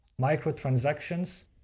microtransactions